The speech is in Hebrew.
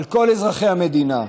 על כל אזרחי המדינה.